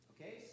Okay